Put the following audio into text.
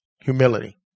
humility